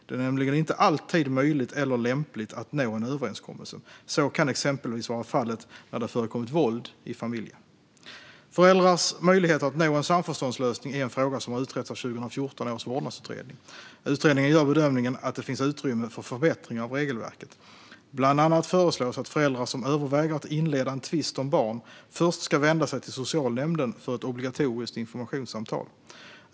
Det är nämligen inte alltid möjligt eller lämpligt att nå en överenskommelse. Så kan exempelvis vara fallet när det har förekommit våld i familjen. Föräldrars möjligheter att nå en samförståndslösning är en fråga som har utretts av 2014 års vårdnadsutredning. Utredningen gör bedömningen att det finns utrymme för förbättringar av regelverket. Bland annat föreslås att föräldrar som överväger att inleda en tvist om barn först ska vända sig till socialnämnden för ett obligatoriskt informationssamtal.